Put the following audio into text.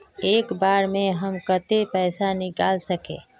एक बार में हम केते पैसा निकल सके?